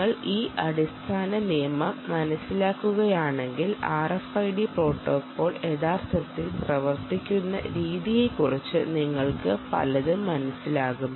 നിങ്ങൾ ഈ അടിസ്ഥാന നിയമം മനസിലാക്കുകയാണെങ്കിൽ RFID പ്രോട്ടോക്കോൾ യഥാർത്ഥത്തിൽ പ്രവർത്തിക്കുന്ന രീതിയെക്കുറിച്ച് നിങ്ങൾക്ക് പലതും മനസ്സിലാകും